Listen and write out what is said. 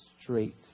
straight